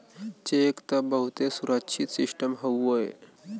check त बहुते सुरक्षित सिस्टम हउए